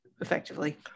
effectively